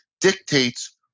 dictates